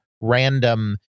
random